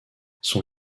son